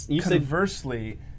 conversely